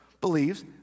believes